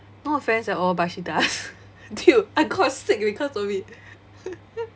no offence at all but she does dude I got sick because of it